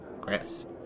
Chris